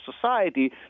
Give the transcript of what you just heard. society